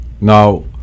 Now